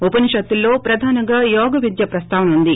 ఉపనిషత్తులలో ప్రధానంగా యోగవిద్య ప్రస్తావన ఉంది